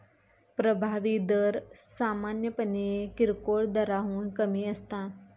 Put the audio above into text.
प्रभावी दर सामान्यपणे किरकोळ दराहून कमी असता